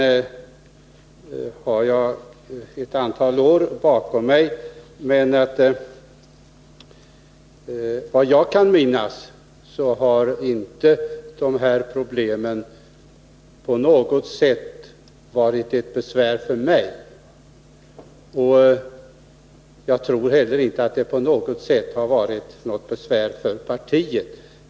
Jag har ett antal år bakom mig, men såvitt jag kan minnas har de här frågorna inte vållat några problem för mig. Jag tror heller inte att de har vållat några problem för partiet.